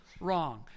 wrong